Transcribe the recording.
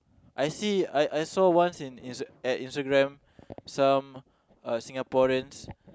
I see I saw once in at Instagram some Singaporeans